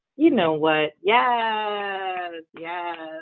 you know what? yeah yeah